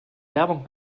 werbung